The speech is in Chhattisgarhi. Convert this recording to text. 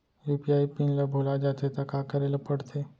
यू.पी.आई पिन ल भुला जाथे त का करे ल पढ़थे?